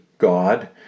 God